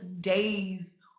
days